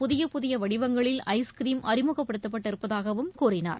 புதிய புதிய வடிவங்களில் ஐஸ்கிரிம் அறிமுகப்படுத்தப்பட்டு இருப்பதாகவும் கூறினார்